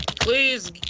Please